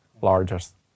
largest